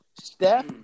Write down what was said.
Steph